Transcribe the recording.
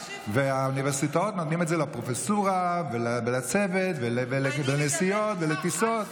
ובאוניברסיטאות נותנים את זה לפרופסורה ולצוות ולנסיעות ולטיסות.